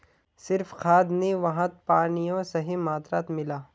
सिर्फ खाद नी वहात पानियों सही मात्रात मिला